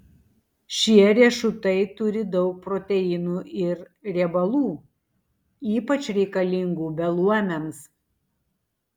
šie riešutai turi daug proteinų ir riebalų ypač reikalingų beluomiams